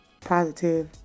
positive